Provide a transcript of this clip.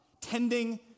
Tending